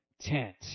tent